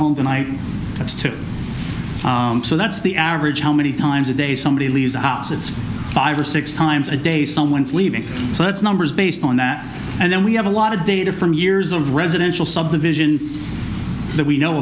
tonight that's two so that's the average how many times a day somebody leaves the house it's five or six times a day someone is leaving so it's numbers based on that and then we have a lot of data from years of residential subdivision that we know